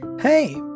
Hey